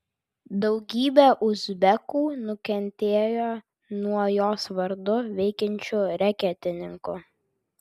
daugybė uzbekų nukentėjo nuo jos vardu veikiančių reketininkų